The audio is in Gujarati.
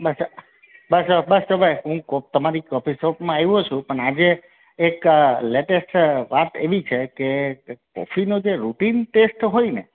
બસ બસ બસ જો ભાઈ હવે કો હું તમારી કોફી શોપમાં આવ્યો છું પણ આજે એક લેટેસ્ટ વાત એવી છે કે કોફીનો જે રૂટિન ટેસ્ટ હોય ને